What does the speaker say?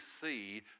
see